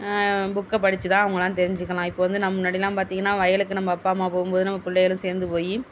புக்கை படித்துதான் அவங்கலாம் தெரிஞ்சுக்கலாம் இப்போ வந்து நம் முன்னடில்லாம் பார்த்திங்கன்னா வயலுக்கு நம்ம அப்பா அம்மா போகும்போது நம்ம புள்ளையலும் சேர்ந்து போய்